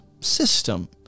system